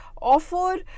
offer